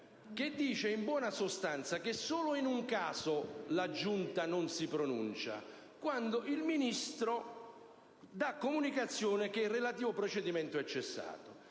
il quale, in buona sostanza, solo in un caso la Giunta non si pronuncia, ossia quando il Ministro dà comunicazione che il relativo procedimento è cessato.